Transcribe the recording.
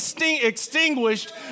extinguished